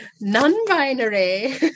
Non-binary